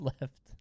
left